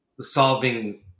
solving